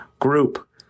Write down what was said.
group